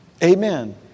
Amen